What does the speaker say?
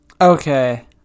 Okay